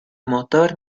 motor